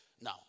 Now